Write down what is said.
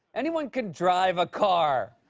anyone can drive a car.